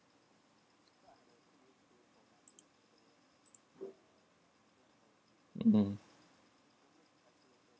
mm